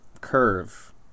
curve